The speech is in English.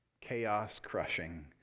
chaos-crushing